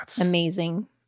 amazing